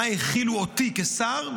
מה האכילו אותי כשר,